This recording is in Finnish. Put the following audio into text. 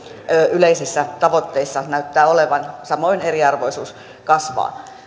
yleisissä tavoitteissa näyttää olevan samoin eriarvoisuus kasvaa